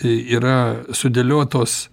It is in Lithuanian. y yra sudėliotos